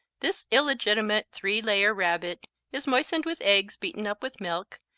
this illegitimate three-layer rabbit is moistened with eggs beaten up with milk,